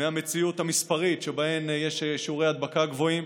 מהמציאות המספרית שבה יש שיעורי הדבקה גבוהים.